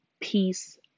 peace